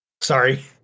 Sorry